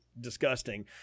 disgusting